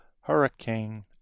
Hurricane